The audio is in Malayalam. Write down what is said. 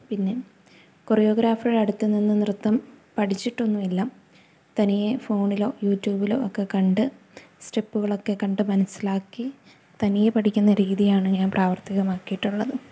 പിന്നെ കൊറിയോഗ്രാഫറുടെ അടുത്തുനിന്നു നൃത്തം പഠിച്ചിട്ടൊന്നും ഇല്ല തനിയെ ഫോണിലോ യു ട്യൂബിലോ ഒക്കെ കണ്ട് സ്റ്റെപ്പുകളൊക്കെ കണ്ടുമനസ്സിലാക്കി തനിയെ പഠിക്കുന്ന രീതിയാണ് ഞാന് പ്രാവർത്തികമാക്കിയിട്ടുള്ളത്